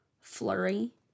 flurry